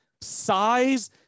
size